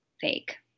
fake